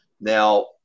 Now